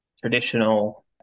traditional